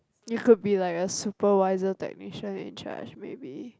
you could be like a super wiser technician in charge maybe